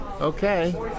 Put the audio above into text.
okay